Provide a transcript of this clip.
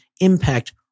impact